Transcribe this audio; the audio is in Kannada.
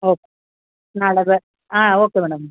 ಓಕ್ ನಾಳೆ ಬ ಹಾಂ ಓಕೆ ಮೇಡಮ್